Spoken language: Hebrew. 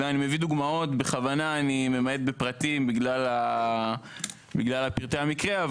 אני מביא דוגמאות בכוונה אני ממעט בפרטים בגלל פרטי המקרה,